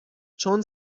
چون